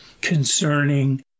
concerning